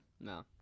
No